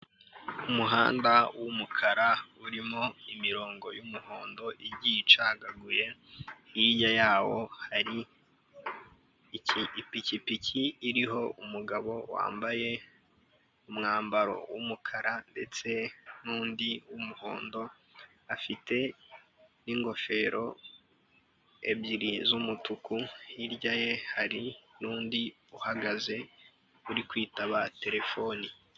Umuhanda w'umukara urimo imirongo y'umuhondo igiye icagaguye, hirya yawo hari ipikipiki iriho umugabo wambaye umwambaro w'umukara, ndetse n'undi w'umuhondo, afite n'ingofero ebyiri z'umutuku, hirya ye hari n'undi uhagaze uri kwitaba terefone.